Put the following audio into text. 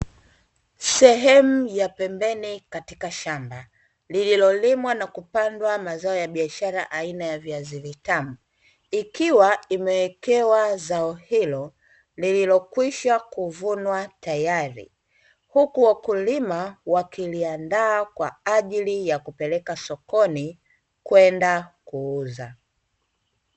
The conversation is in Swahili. Sehemu ya pembeni katika shamba lililolimwa na kupandwa mazao ya biashara aina ya viazi vitamu ikiwa imewekewa zao hilo lililokwisha kuvunwa tayari, huku wakulima wakiliandaa kwa ajili ya kupeleka sokoni kwenda kuuza.